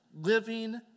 living